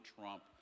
Trump